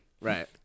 Right